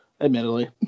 Admittedly